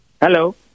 hello